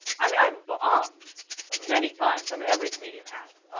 i mean, i've bombed many times. i mean, every comedian has.